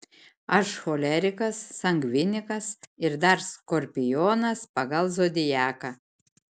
aš cholerikas sangvinikas ir dar skorpionas pagal zodiaką